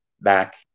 Back